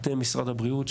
אתם משרד הבריאות.